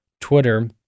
Twitter